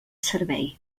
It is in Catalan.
servei